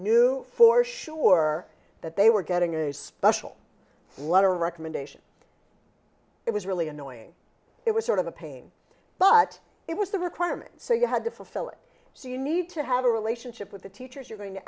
knew for sure that they were getting a special letter recommendation it was really annoying it was sort of a pain but it was the requirement so you had to fulfill it so you need to have a relationship with the teachers you're going to